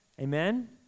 Amen